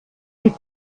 die